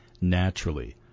naturally